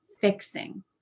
fixing